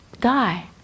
die